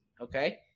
okay